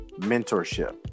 mentorship